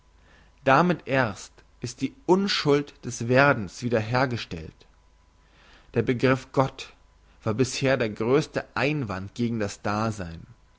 damit erst ist die unschuld des werdens wieder hergestellt der begriff gott war bisher der grösste einwand gegen das dasein